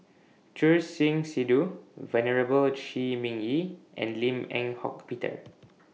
Choor Singh Sidhu Venerable Shi Ming Yi and Lim Eng Hock Peter